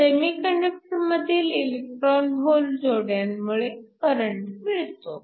सेमीकंडक्टरमधील electron hole जोड्यांमुळे current मिळतो